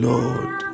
Lord